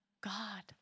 God